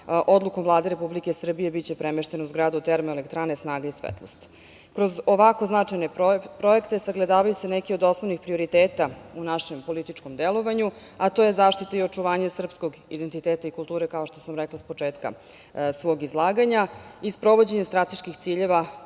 odlukom Vlade Republike Srbije biće premešten u zgradu termoelektrane "Snaga i svetlost".Kroz ovako značajne projekte sagledavaju se neki od osnovnih prioriteta u našem političkom delovanju, a to je zaštita i očuvanje srpskog identiteta i kulture, kao što sam rekla s početka svog izlaganja, i sprovođenje strateških ciljeva